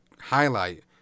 highlight